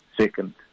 second